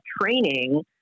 training